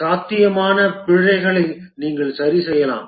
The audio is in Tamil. மேலும் சாத்தியமான பிழைகளை நீங்கள் சரிசெய்யலாம்